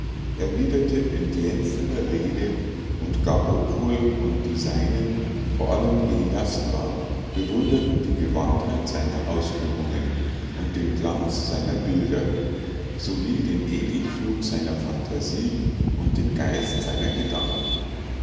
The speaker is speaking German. erwiderte in glänzender rede und gabokol und die seinen vor allem heliastra bewunderten die gewandtheit seiner ausführungen und den glanz seiner bilder sowie den edlen flug seiner phantasie und den geist seiner gedanken